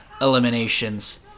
eliminations